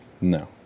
No